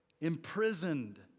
imprisoned